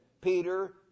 Peter